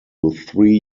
three